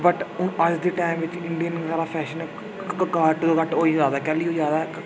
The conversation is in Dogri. बट ओह् अज्ज दे टाइम बिच इंडियन फैशन घट्ट घट्ट होई जा दा ऐ कैह्ली होई आ दा